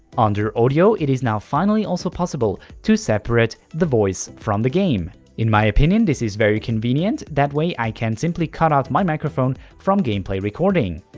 under audio it is now finally also possible to separate the voice from the game. in my opinion this is very convenient. that way i can simply cut out my microphone from gameplay recording.